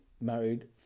married